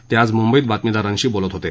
ते आज मुंबईत बातमीदारांशी बोलत होते